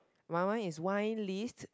my one is wine list